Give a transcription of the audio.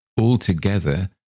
Altogether